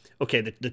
Okay